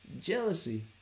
Jealousy